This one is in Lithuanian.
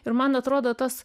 ir man atrodo tas